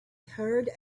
heard